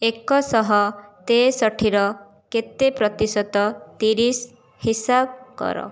ଏକ ଶହ ତେଷଠିର କେତେ ପ୍ରତିଶତ ତିରିଶ ହିସାବ କର